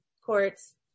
courts